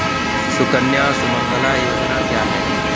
सुकन्या सुमंगला योजना क्या है?